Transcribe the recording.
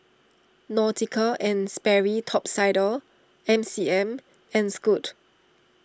Nautica and Sperry Top Sider MCM and Scoot